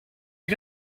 you